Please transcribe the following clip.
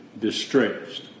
distressed